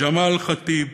ג'מאל חטיב,